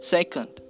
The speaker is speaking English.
Second